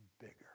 bigger